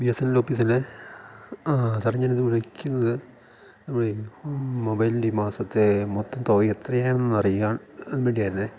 B S N എലിന്റെ office അല്ലേ സാറേ ഞാൻ ഇത് വിളിക്കുന്നത് നമ്മുടെ ഈ മൊബൈലിൻ്റെ ഈ മാസത്തെ മൊത്തം തുകയും എത്രയാണെന്ന് അറിയാൻ വേണ്ടിയായിരുന്നു